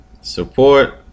Support